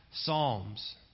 psalms